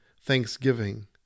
Thanksgiving